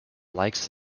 likes